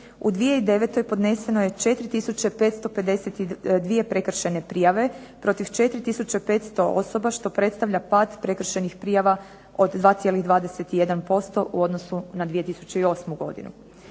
U 2009. podneseno je 4552 prekršajne prijave protiv 4500 osoba što predstavlja pad prekršajnih prijava od 2,21% u odnosu na 2008. godinu.